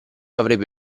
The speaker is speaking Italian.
avrebbe